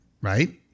right